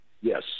Yes